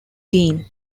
dean